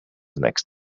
next